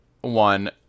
one